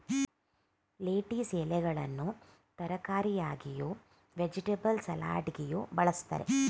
lettuce ಎಲೆಗಳನ್ನು ತರಕಾರಿಯಾಗಿಯೂ, vegetable ಸಲಡಾಗಿಯೂ ಬಳ್ಸತ್ತರೆ